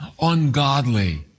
ungodly